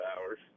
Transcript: hours